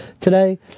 today